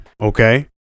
okay